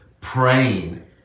praying